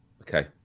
Okay